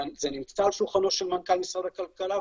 זה נמצא על שולחנו של מנכ"ל משרד הכלכלה,